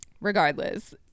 regardless